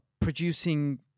producing